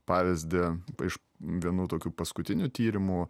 pavyzdį iš vienų tokių paskutinių tyrimų